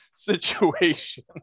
situation